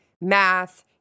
math